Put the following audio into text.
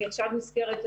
אני עכשיו נזכרת,